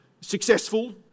successful